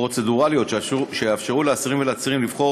הפרוצדורליות שיאפשרו לאסירים ולעצירים לבחור